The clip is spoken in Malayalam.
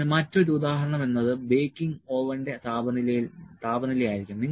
അതിനാൽ മറ്റൊരു ഉദാഹരണം എന്നത് ബേക്കിംഗ് ഓവന്റെ താപനിലയായിരിക്കാം